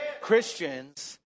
Christians